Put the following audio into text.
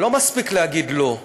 לא מספיק להגיד לא,